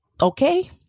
okay